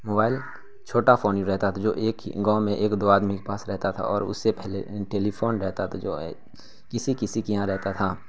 mobile چھوٹا phone ہی رہتا تھا جو ایک ہی گاؤں میں ایک دو آدمی کے پاس رہتا تھا اور اس سے پہلے ٹیلیفون رہتا تھا جو کسی کسی کے یہاں رہتا تھا